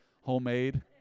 Homemade